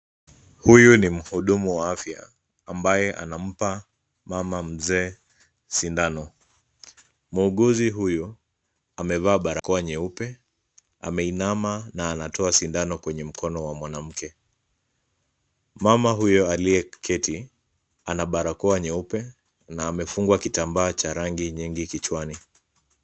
Huyu ni mhudumu wa afya ambaye anampa mama mzee sindano. Muuguzi huyu amevaa barakoa nyeupe, ameinama na anatoa sindano kwenye mkono wa mwanamke. Mama huyo aliyeketi ana barakoa nyeupe na amefungwa kitambaa cha rangi nyingi kichwani.